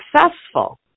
successful